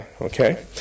okay